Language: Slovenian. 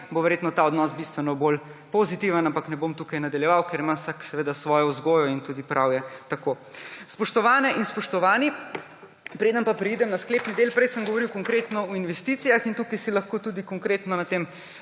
bo verjetno ta odnos bistveno bolj pozitiven. Ampak ne bom tukaj nadaljeval, ker ima vsak seveda svojo vzgojo in tudi prav je tako. Spoštovane in spoštovani, preden pa preidem na sklepni del, prej sem govoril konkretno o investicijah in tukaj si lahko tudi konkretno na tem